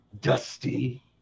Dusty